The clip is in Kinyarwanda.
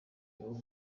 ubu